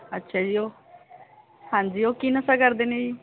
ਅੱਛਾ ਜੀ ਉਹ ਹਾਂਜੀ ਉਹ ਕੀ ਨਸ਼ਾ ਕਰਦੇ ਨੇ ਜੀ